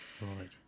Right